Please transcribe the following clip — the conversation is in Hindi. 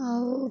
और